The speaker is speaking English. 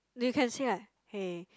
they can say like hey